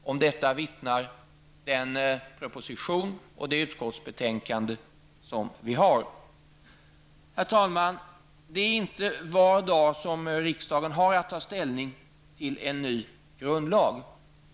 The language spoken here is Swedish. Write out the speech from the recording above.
Om detta vittnar den proposition och det utskottsbetänkande som har lagts fram. Herr talman! Det är inte var dag som riksdagen har att ta ställning till en ny grundlag.